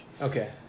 Okay